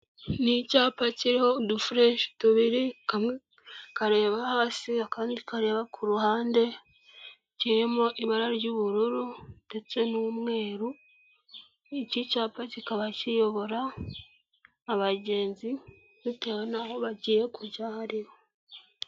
Ni icyapa kiriho udufureshi tubiri kamwe kareba hasi, akandi kareba ku ruhande kirimo ibara ry'ubururu ndetse n'umweru, iki cyapa kikaba kiyobora abagenzi bitewe n'aho bagiye kujya aho ariho.